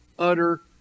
utter